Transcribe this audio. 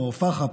כמו פח"ע,